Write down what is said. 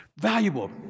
Valuable